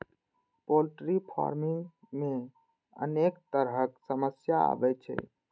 poultry farming मे अनेक तरहक समस्या आबै छै